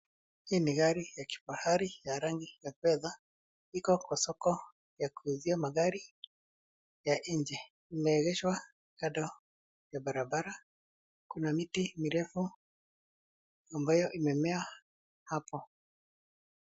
Hii ni gari la kifahari ya rangi ya fedha. Iko kwa soko ya kuuzia magari ya nje. Imeegeshwa kando ya barabara. Kuna miti mirefu ambayo imemea hapo.